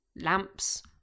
Lamps